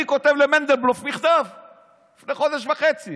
אני כותב למנדלבלוף מכתב לפני חודש וחצי,